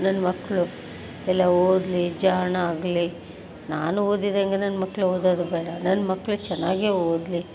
ನನ್ನ ಮಕ್ಕಳು ಎಲ್ಲ ಓದಲಿ ಜಾಣ ಆಗಲಿ ನಾನು ಓದಿದ ಹಾಗೆ ನನ್ನ ಮಕ್ಕಳು ಓದೋದುಬೇಡ ನನ್ನ ಮಕ್ಕಳು ಚೆನ್ನಾಗೆ ಓದಲಿ